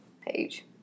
page